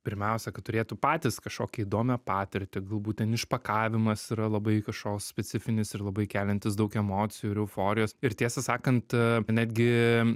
pirmiausia kad turėtų patys kažkokią įdomią patirtį galbūt ten išpakavimas yra labai kažkoks specifinis ir labai keliantis daug emocijų ir euforijos ir tiesą sakant netgi